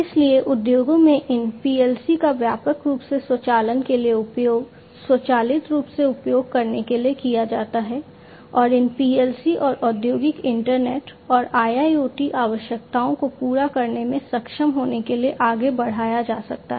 इसलिए उद्योगों में इन PLC का व्यापक रूप से स्वचालन के लिए उपयोग स्वचालित रूप से उपयोग करने के लिए किया जाता है और इन PLC को औद्योगिक इंटरनेट और IIoT आवश्यकताओं को पूरा करने में सक्षम होने के लिए आगे बढ़ाया जा सकता है